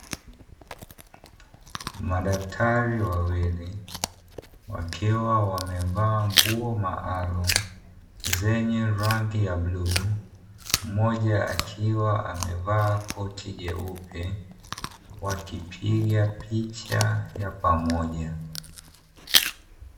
Madaktari wawili, wakiwa wamevaa nguo maalumu zenye rangi ya bluu, mmoja akiwa amevaa koti jeupe, wakipiga picha ya pamoja.